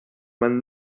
man